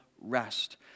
rest